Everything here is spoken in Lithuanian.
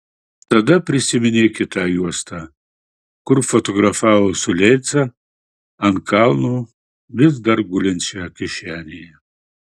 tada prisiminė kitą juostą kur fotografavo su leica ant kalno vis dar gulinčią kišenėje